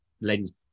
ladies